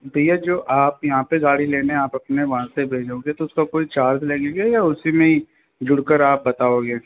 भैया जो आप यहाँ पे गाड़ी लेने आप अपने वहाँ से भेजोगे तो उसका कोई चार्ज लगेगा या उसी में ही जुड़कर आप बताओगे